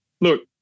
Look